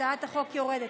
הצעת החוק יורדת.